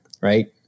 right